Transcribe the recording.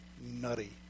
nutty